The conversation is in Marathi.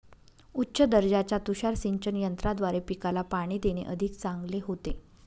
उच्च दर्जाच्या तुषार सिंचन यंत्राद्वारे पिकाला पाणी देणे अधिक चांगले होते